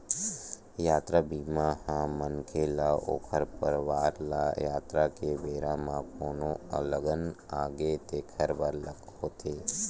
यातरा बीमा ह मनखे ल ऊखर परवार ल यातरा के बेरा म कोनो अलगन आगे तेखर बर होथे